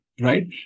right